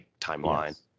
timeline